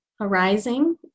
arising